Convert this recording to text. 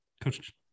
Coach